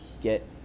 get